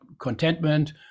contentment